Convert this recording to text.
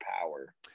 power